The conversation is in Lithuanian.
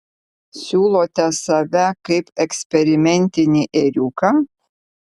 siūlote save kaip eksperimentinį ėriuką